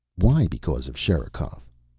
why because of sherikov?